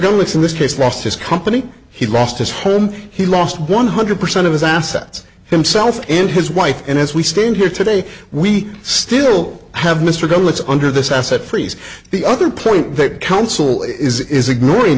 governments in this case lost his company he lost his home he lost one hundred percent of his assets himself and his wife and as we stand here today we still have mr go let's under this asset freeze the other point that counsel is ignoring